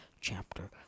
chapter